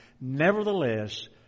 Nevertheless